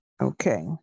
Okay